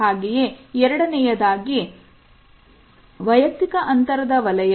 ಹಾಗೆಯೇ ಎರಡನೆಯದಾಗಿ ವೈಯಕ್ತಿಕ ಅಂತರದ ವಲಯ